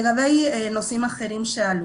לגבי נושאים אחרים שעלו,